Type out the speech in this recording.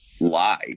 lie